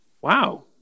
Wow